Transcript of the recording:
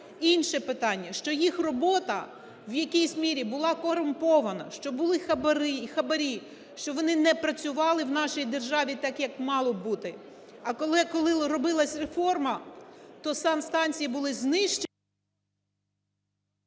Інше питання, що їх робота в якійсь мірі була корумпована, що були хабарі, що вони не працювали в нашій державі так, як мало б бути. А коли робилась реформа, то санстанції були…